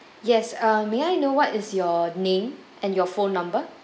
yes um may I know what is your name and your phone number